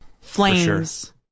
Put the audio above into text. flames